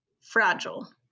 fragile